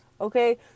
Okay